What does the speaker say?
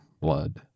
blood